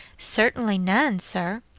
certainly none, sir.